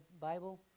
Bible